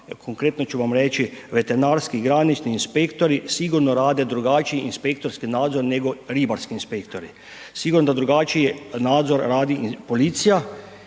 konkretno ću vam reći veterinarski, granični inspektori sigurno rade drugačiji inspektorski nadzor nego ribarski inspektori. Sigurno da drugačiji nadzor radi policija